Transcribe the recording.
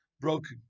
broken